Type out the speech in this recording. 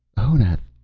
honath,